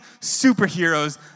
superheroes